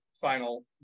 final